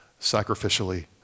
sacrificially